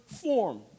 form